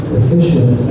efficient